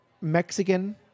Mexican